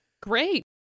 Great